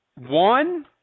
One